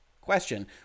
question